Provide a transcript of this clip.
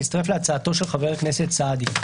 ואני מצטרף להצעתו של חבר הכנסת סעדי.